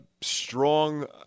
strong